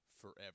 forever